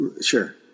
sure